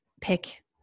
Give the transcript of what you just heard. pick